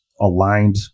aligned